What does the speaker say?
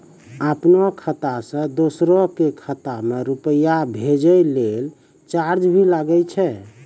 आपनों खाता सें दोसरो के खाता मे रुपैया भेजै लेल चार्ज भी लागै छै?